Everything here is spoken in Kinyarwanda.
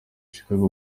chicago